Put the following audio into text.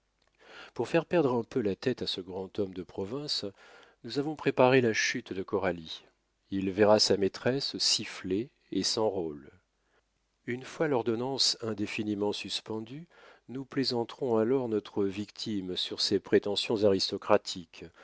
pour faire perdre un peu la tête à ce grand homme de province nous avons préparé la chute de coralie il verra sa maîtresse sifflée et sans rôles une fois l'ordonnance indéfiniment suspendue nous plaisanterons alors notre victime sur ses prétentions aristocratiques